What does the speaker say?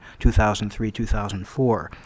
2003-2004